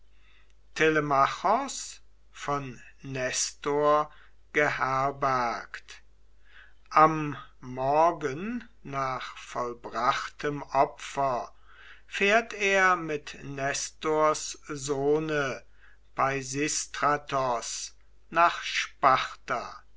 von nestor geherbergt am morgen nach vollbrachtem opfer fährt er mit nestors sohne peisistratos nach